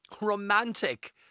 romantic